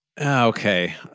Okay